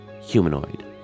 humanoid